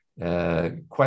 question